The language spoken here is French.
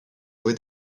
jouer